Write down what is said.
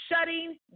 shutting